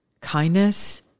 kindness